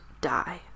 die